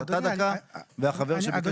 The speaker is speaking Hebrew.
אתה דקה והחבר שביקש לדבר.